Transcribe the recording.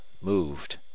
moved